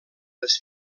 les